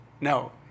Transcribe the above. no